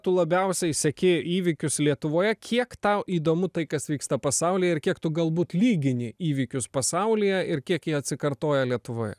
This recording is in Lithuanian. tu labiausiai seki įvykius lietuvoje kiek tau įdomu tai kas vyksta pasaulyje ir kiek tu galbūt lygini įvykius pasaulyje ir kiek jie atsikartoja lietuvoje